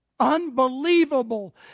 unbelievable